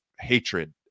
hatred